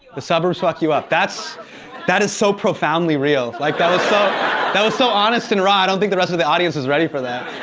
the suburbs fuck you up. that's that is so profoundly real. like, that was so that was so honest and raw. i don't think the rest of the audience was ready for that.